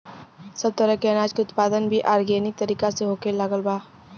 सब तरह के अनाज के उत्पादन भी आर्गेनिक तरीका से होखे लागल बा